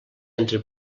entre